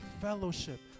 fellowship